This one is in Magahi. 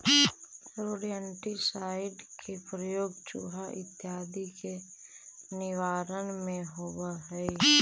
रोडेन्टिसाइड के प्रयोग चुहा इत्यादि के निवारण में होवऽ हई